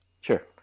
Sure